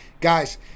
guys